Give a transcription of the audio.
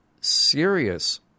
serious